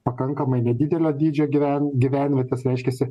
pakankamai nedidelio dydžio gyven gyvenvietės reiškiasi